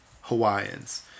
Hawaiians